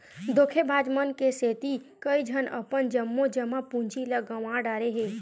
धोखेबाज मन के सेती कइझन अपन जम्मो जमा पूंजी ल गंवा डारे हे